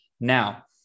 Now